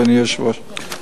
אדוני היושב-ראש.